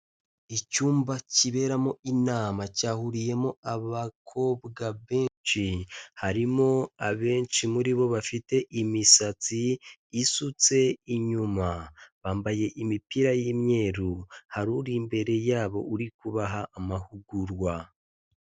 Icyumba kiberamo inama cyahuriyemo abakobwa benshi, harimo abenshi muri bo bafite imisatsi isutse inyuma, bambaye imipira y'imyeru, hari uri imbere yabo uri kubaha amahugurwa.